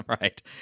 Right